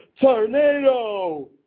tornado